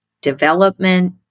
development